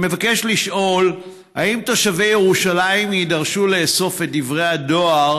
רצוני לשאול: 1. האם תושבי ירושלים יידרשו לאסוף את דברי הדואר